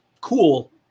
cool